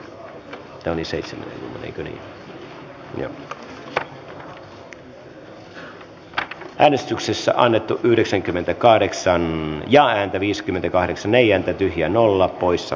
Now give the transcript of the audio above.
eva biaudet on johanna ojala niemelän kannattamana ehdottanut että pykälä hyväksytään vastalauseen mukaisena